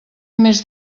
més